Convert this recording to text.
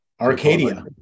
arcadia